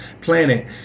planet